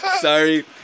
sorry